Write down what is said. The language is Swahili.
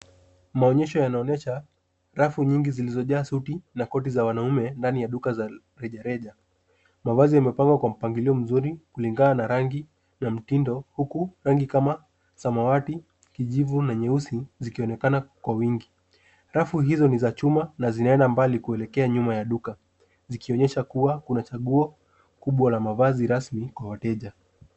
Maonyesho yanaonyesha rafu nyingi zilizojaa suti na koti za wanaume ndani ya duka za rejareja. Mavazi yamepangwa kwa mpangilio mzuri kulingana na rangi na mtindo huku rangi kama samawati, kijivu na nyeusi zikionekana kwa wingi. Rafu hizo ni za chuma na zinaenda mbali kuelekea nyuma ya duka, zikionyesha kuwa kuna chaguo kubwa la mavazi rasmi kwa wateja.